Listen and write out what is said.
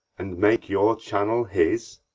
and make your channel his?